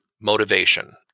motivation